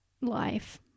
life